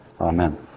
Amen